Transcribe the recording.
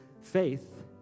faith